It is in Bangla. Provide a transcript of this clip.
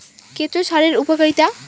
কেঁচো সারের উপকারিতা?